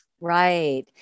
Right